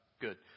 Good